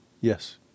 Yes